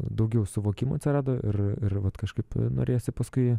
daugiau suvokimo atsirado ir ir vat kažkaip norėjosi paskui